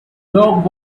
doug